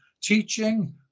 teaching